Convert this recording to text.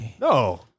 No